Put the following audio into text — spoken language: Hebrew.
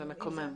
זה מקומם.